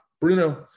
Bruno